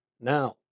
Now